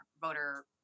voter